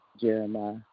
Jeremiah